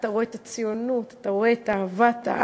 אתה רואה את הציונות, אתה רואה את אהבת הארץ,